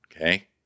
Okay